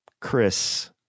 Chris